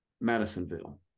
Madisonville